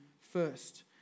first